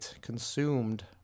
consumed